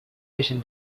vision